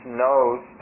knows